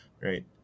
Right